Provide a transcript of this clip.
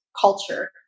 culture